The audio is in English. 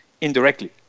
indirectly